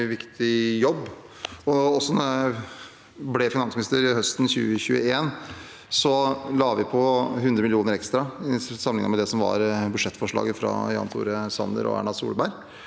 en utrolig viktig jobb. Da jeg ble finansminister høsten 2021, la vi på 100 mill. kr ekstra sammenliknet med det som var budsjettforslaget fra Jan Tore Sanner og Erna Solberg.